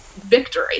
victory